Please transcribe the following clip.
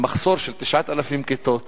עם מחסור של 9,000 כיתות